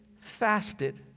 fasted